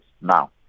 now